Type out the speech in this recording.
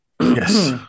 Yes